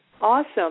Awesome